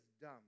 dumb